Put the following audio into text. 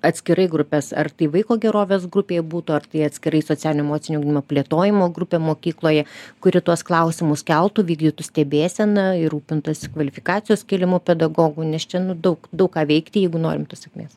atskirai grupes ar tai vaiko gerovės grupė būtų ar tai atskirais socialinio emocinio ugdymo plėtojimo grupė mokykloje kuri tuos klausimus keltų vykdytų stebėseną ir rūpintasi kvalifikacijos kėlimu pedagogų nes čia nu daug daug ką veikti jeigu norim pasekmės